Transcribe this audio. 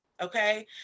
Okay